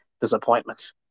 disappointment